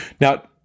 Now